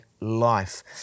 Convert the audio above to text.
life